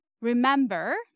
Remember